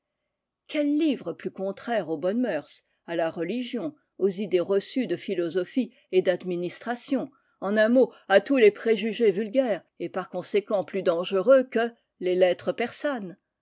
quel livre plus contraire aux bonnes mœurs à la religion aux idées reçues de philosophie et d'administration en un mot à tous les préjugés vulgaires et par conséquent plus dangereux que les lettres persanes